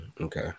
Okay